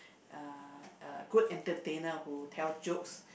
uh uh good entertainer who tell jokes